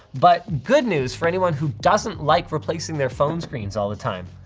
but good news for anyone who doesn't like replacing their phone screens all the time.